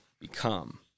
become